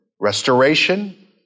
restoration